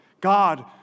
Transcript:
God